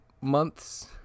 months